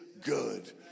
good